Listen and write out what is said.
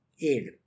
aid